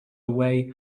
away